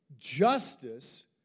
justice